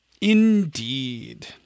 Indeed